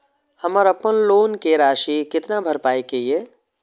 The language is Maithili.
हमर अपन लोन के राशि कितना भराई के ये?